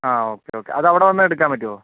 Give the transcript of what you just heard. ആ okay okay അത് അവിടെ വന്നാൽ എടുക്കാൻ പറ്റുമോ